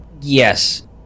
yes